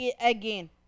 again